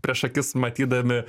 prieš akis matydami